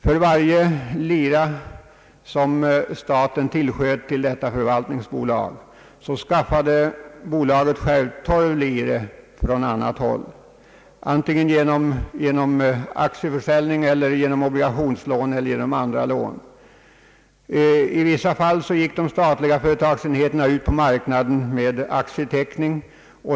För varje lire som staten tillsköt skaffade bolaget självt tolv lire från annat håll, antingen genom aktieförsäljning eller genom obligationslån eller genom andra lån. I vissa fall gick de statliga företagsenheterna ut på marknaden med aktieteckning.